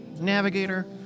navigator